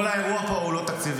כל האירוע פה הוא לא תקציבי.